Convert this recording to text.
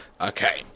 Okay